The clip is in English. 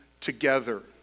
together